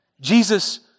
Jesus